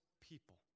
people